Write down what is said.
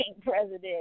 president